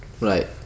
Right